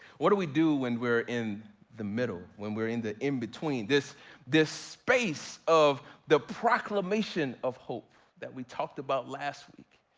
what do we do when we're in the middle? when we're in the in-between, this this space of the proclamation of hope that we talked about last week,